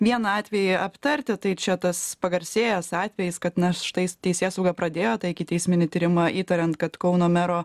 vieną atvejį aptarti tai čia tas pagarsėjęs atvejis kad na štai teisėsauga pradėjo tą ikiteisminį tyrimą įtariant kad kauno mero